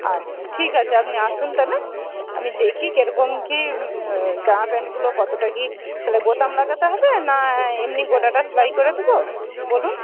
আচ্ছা ঠিক আছে আপনি আসুন তাহলে আমি দেখি কীরকম কী জামা প্যান্টগুলো কতটা কী বোতাম লাগাতে হবে না এমনি গোটাটা সেলাই করে দেব বলুন